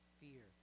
fear